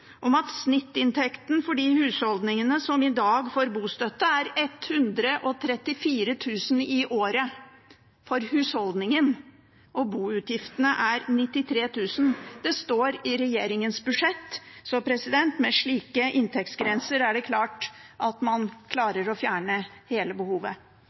om at snittinntekten for de husholdningene som i dag får bostøtte, er 134 000 kr i året, og boutgiftene er 93 000 kr. Det står i regjeringens budsjett. Med slike inntektsgrenser er det klart at man klarer å fjerne hele behovet.